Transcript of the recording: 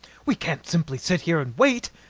we can't simply sit here and wait!